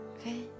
Okay